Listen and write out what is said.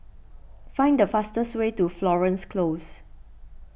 find the fastest way to Florence Close